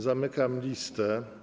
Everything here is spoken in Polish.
Zamykam listę.